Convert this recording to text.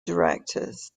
directors